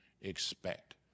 expect